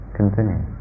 continue